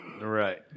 right